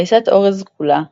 דיסת ארז כלה,